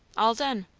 all done.